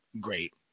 great